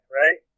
right